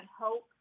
hope